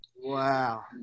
Wow